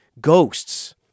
ghosts